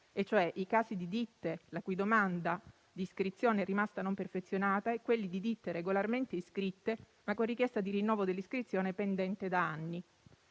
e, cioè, di casi di ditte la cui domanda di iscrizione rimasta non perfezionata e di ditte regolarmente iscritte, ma con richiesta di rinnovo dell'iscrizione pendente da anni;